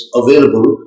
available